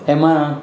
એમાં